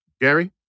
Gary